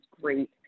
great